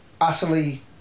utterly